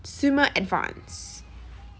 semua advanced